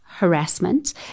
harassment